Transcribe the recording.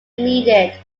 needed